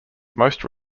most